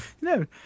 no